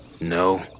No